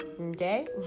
Okay